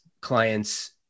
clients